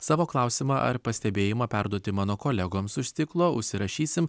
savo klausimą ar pastebėjimą perduoti mano kolegoms už stiklo užsirašysim